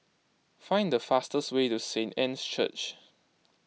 find the fastest way to Saint Anne's Church